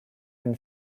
une